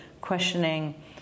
questioning